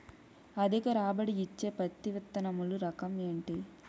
అధిక రాబడి ఇచ్చే పత్తి విత్తనములు రకం ఏంటి?